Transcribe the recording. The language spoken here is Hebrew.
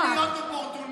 איך זה להיות אופורטוניסטית,